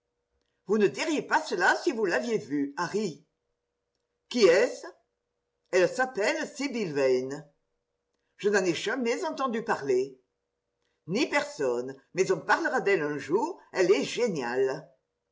vous ne diriez pas cela si vous l'aviez vue harry qui est-ce elle s'appelle sibyl vane je n'en ai jamais entendu parler ni personne mais on parlera d'elle un jour elle est géniale